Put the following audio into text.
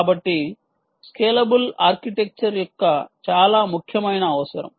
కాబట్టి scalable architecture చాలా ముఖ్యమైన అవసరం